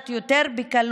לחל"ת יותר בקלות,